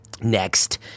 Next